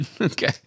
Okay